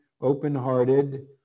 open-hearted